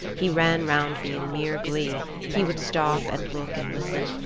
he ran round me in mere glee he would stop, and look and listen,